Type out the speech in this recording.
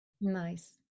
nice